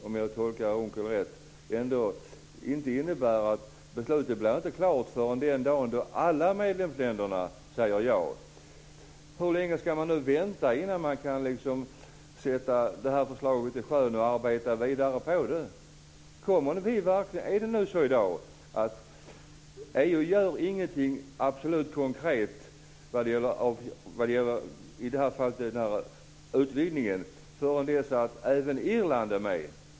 Om jag tolkar Per Unckel rätt blir beslutet inte klart förrän den dag då alla medlemsländerna säger ja. Hur länge ska man nu vänta innan man kan sätta det här förslaget i sjön och arbeta vidare på det? Är det nu så att EU inte gör någonting konkret, i det här fallet när det gäller utvidgningen, förrän även Irland är med?